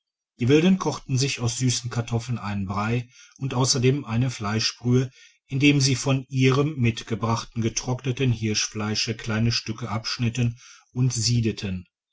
die wilden kochten sich aus süssen kartoffeln einen brei und ausserdem eine fleischbrühe indem sie von ihrem mitgebrachten getrockneten hirschfleisch kleine stücke abschnitten und siedeten